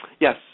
Yes